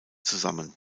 zusammen